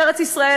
בארץ ישראל,